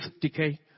decay